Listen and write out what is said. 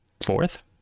fourth